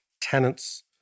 tenants